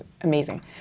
amazing